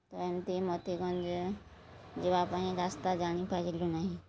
ତ ଏମିତି ମୋତେ କ'ଣ ଯେ ରାସ୍ତା ଜାଣି ପାରିଲୁ ନାହିଁ